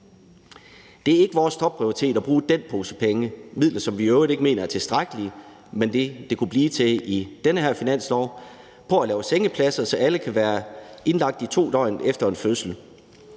Det er ikke vores topprioritet at bruge den pose penge – midler, som vi i øvrigt ikke mener er tilstrækkelige, men det var, hvad det kunne blive til i den her finanslov – på at lave sengepladser, så alle kan være indlagt i 2 døgn efter en fødsel.